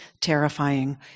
terrifying